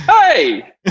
hey